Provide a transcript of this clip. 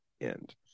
end